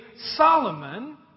Solomon